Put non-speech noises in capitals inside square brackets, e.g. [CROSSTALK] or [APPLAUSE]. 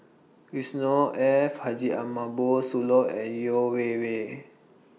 Yusnor Ef Haji [UNINTELLIGIBLE] Sooloh and Yeo Wei Wei